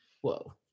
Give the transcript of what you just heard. whoa